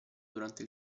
durante